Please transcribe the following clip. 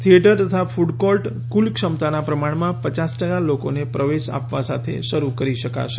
theatre તથા food court કુલ ક્ષમતાનાં પ્રમાણમાં પયાસ ટકા લોકોને પ્રવેશ આપવા સાથે શરૂ કરી શકાશે